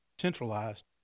centralized